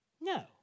No